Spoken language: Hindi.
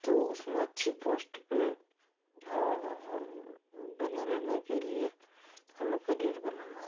तो उसमें अच्छी पोस्ट पर हम बने रहने के लिए हमें कैरियर बनाना है